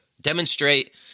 demonstrate